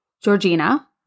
Georgina